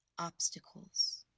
obstacles